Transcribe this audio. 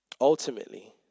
Ultimately